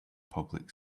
public